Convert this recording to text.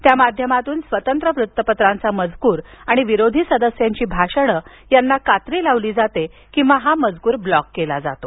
त्या माध्यमातून स्वतंत्र वृत्तपत्रांचा मजकूर आणि विरोधी सदस्यांची भाषणं यांना कात्री लावली जाते किंवा हा मजकूर ब्लॉक केला जातो